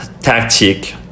tactic